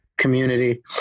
community